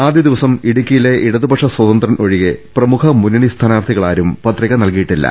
ആദ്യ ദിവസം ഇടുക്കിയിലെ ഇടതുപക്ഷ സ്വതന്ത്രൻ ഒഴികെ പ്രമുഖ മുന്നണി സ്ഥാനാർത്ഥികളാരും പത്രിക നൽകിയിട്ടില്ല